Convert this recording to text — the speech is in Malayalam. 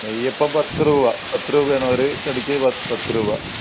നെയ്യപ്പം പത്ത് രൂപ പത്ത് രൂപയാണ് ഒരു കടിക്ക് പത്ത് രൂപ